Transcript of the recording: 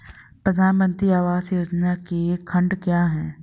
प्रधानमंत्री आवास योजना के खंड क्या हैं?